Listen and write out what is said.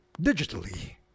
digitally